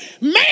Man